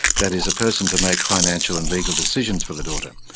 that is a person to make financial and legal decisions for the daughter.